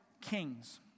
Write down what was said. kings